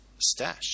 stash